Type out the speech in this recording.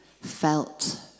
felt